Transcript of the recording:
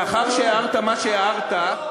מאחר שהערת מה שהערת,